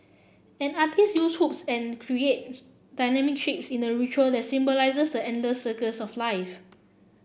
an artiste uses hoops and create dynamic shapes in a ritual that symbolises the endless circles of life